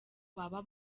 baba